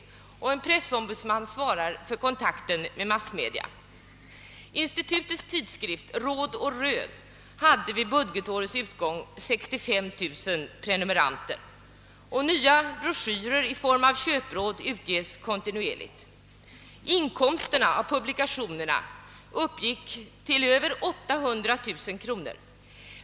Likaså har man en pressombudsman som svarar för kontakten med massmedia. Institutets tidskrift, Råd och rön, hade vid budgetårets utgång 65 000 prenumeranter, och nya broschyrer i form av köpråd utges ständigt. Inkomsterna av publikationerna uppgick till över 300 000 kronor.